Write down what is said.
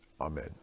Amen